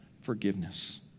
forgiveness